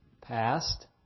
past